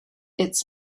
its